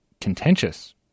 contentious